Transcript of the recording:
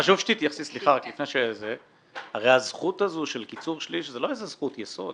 חשוב שתייחסי לכך שהרי הזכות הזאת של קיצור שליש היא לא איזו זכות יסוד.